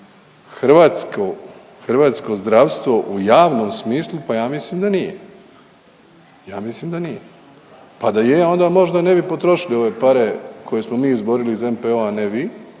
hrvatsko zdravstvo u javnom smislu? Pa ja mislim da nije, ja mislim da nije ja mislim da nije. Pa da je onda možda ne bi potrošili ove pare koje smo mi izborili iz NPO-a ne vi,